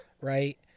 Right